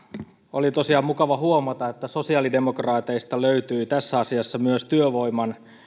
oli tosiaan mukava huomata että sosiaalidemokraateista löytyi tässä asiassa myös työvoiman